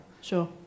Sure